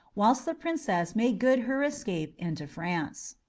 whilst the princess made good her escape into france.